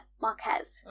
Marquez